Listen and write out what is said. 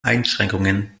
einschränkungen